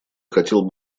хотел